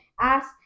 ask